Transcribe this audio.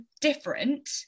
different